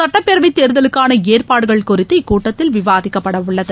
சட்டப்பேரவைத் தேர்தலுக்கான ஏற்பாடுகள் குறித்து இக்கூட்டத்தில் விவாதிக்கப்படவுள்ளது